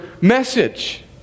message